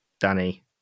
Danny